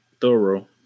thorough